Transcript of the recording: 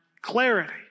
clarity